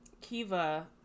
Kiva